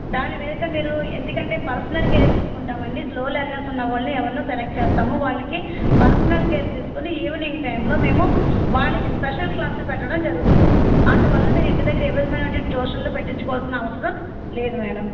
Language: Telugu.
దాని మీదట మీరు ఎందుకంటే పర్సనల్ కేర్ తీస్కుంటామండి స్లో లెర్నర్స్ ఉన్నవాళ్ళని ఎవర్నో సెలెక్ట్ చేస్తాము వాళ్ళకి పర్సనల్ కేర్ తీస్కుని ఈవెనింగ్ టైంలో మేము వాళ్ళకి స్పెషల్ క్లాసులు పెట్టడం జరుగుతుంది అందువల్ల మీరు ఇంటి దగ్గర ఎవరి నుంచో ట్యూషన్లు పెట్టించుకోవాల్సిన అవసరం లేదు మేడం